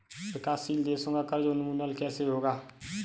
विकासशील देशों का कर्ज उन्मूलन कैसे होगा?